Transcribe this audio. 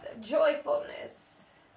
joyfulness